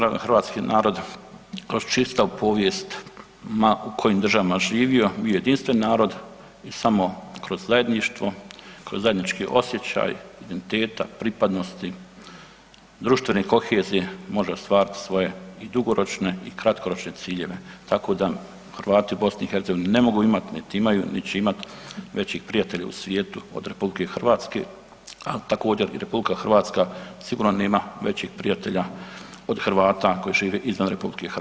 Naravno Hrvatski narod kroz čitavu povijest ma u kojim državama živio jedinstven narod i samo kroz zajedništvo, kroz zajednički osjećaj identiteta, pripadnosti, društvene kohezije može ostvariti svoje i dugoročne i kratkoročne ciljeve, tako da Hrvati u BiH ne mogu imati niti će imati većih prijatelja u svijetu od RH, a također i RH sigurno nema većeg prijatelja od Hrvata koji žive izvan RH.